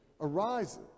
arises